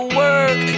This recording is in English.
work